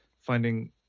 finding